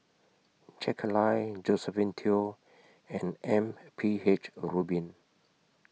Jack Lai Josephine Teo and M P H Rubin